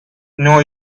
know